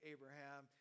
Abraham